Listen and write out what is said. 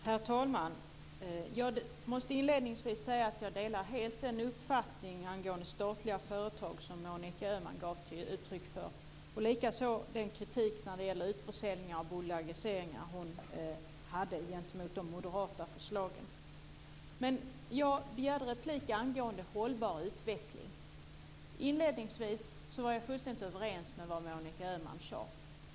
Herr talman! Jag måste inledningsvis säga att jag helt delar den uppfattning angående statliga företag som Monica Öhman gav uttryck för. Detsamma gäller den kritik hon riktade mot de moderata förslagen när det gäller utförsäljningar och bolagiseringar. Men jag begärde replik angående detta med hållbar utveckling. Inledningsvis var jag fullständigt överens med vad Monica Öhman sade.